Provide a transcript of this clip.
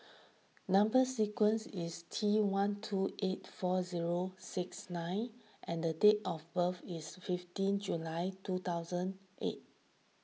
Number Sequence is T one two eight four zero six nine and date of birth is fifteen July two thousand eight